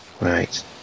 Right